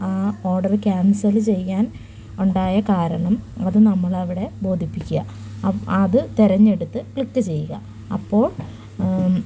ആ order cancel ചെയ്യാൻ ഉണ്ടായ കാരണം അത് നമ്മൾ അവിടെ ബോധിപ്പിക്കുക അത് തെരഞ്ഞെടുത്ത് ക്ലിക്ക് ചെയ്യുക അപ്പോൾ